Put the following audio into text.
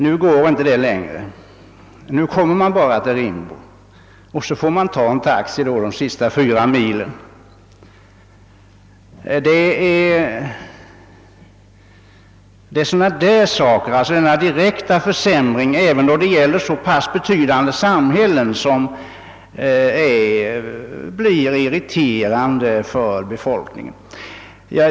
Nu går det inte längre, utan man kommer bara till Rimbo och får ta taxi de sista fyra milen. Det är sådana direkta försämringar, då det gäller så pass betydande samhällen som i detta fall, som blir irriterande för befolkningen.